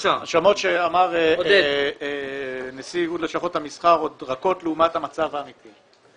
האשמות שאמר נשיא איגוד לשכות המסחר עוד רכות לעומת המצב האמיתי.